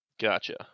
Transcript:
Gotcha